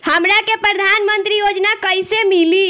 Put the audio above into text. हमरा के प्रधानमंत्री योजना कईसे मिली?